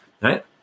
right